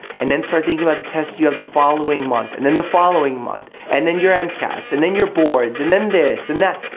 and then start thinking about the test you have the following month, and then the following month, and then your um mcats, and then your boards, and then this and then that,